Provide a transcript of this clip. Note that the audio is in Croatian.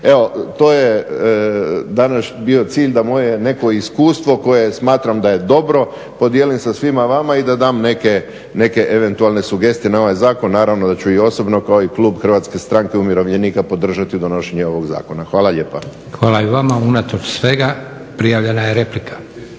Evo to je danas bio cilj da moje neko iskustvo koje smatram da je dobro podijelim sa svima vama i da dam neke eventualne sugestije na ovaj zakon. Naravno da ću i osobno kao i klub HSU-a podržati donošenje ovog zakona. Hvala lijepa. **Leko, Josip (SDP)** Hvala i vama. Unatoč svega prijavljena je replika